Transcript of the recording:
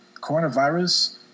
coronavirus